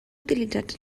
utilitzats